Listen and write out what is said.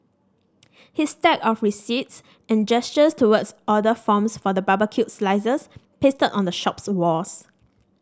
his stack of receipts and gestures towards order forms for the barbecued slices pasted on the shop's walls